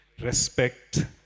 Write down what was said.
respect